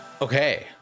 okay